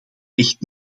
echt